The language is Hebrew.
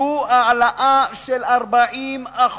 שהוא העלאה של 40%,